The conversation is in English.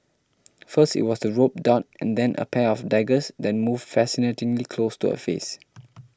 first it was the rope dart and then a pair of daggers that moved fascinatingly close to her face